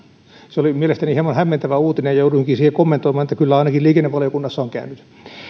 se oli mielestäni hieman hämmentävä uutinen ja jouduinkin siihen kommentoimaan että kyllä ainakin liikennevaliokunnassa on käynyt